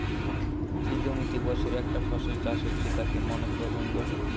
যে জমিতে বছরে একটা ফসল চাষ হচ্ছে তাকে মনোক্রপিং বলে